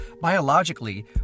Biologically